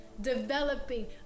developing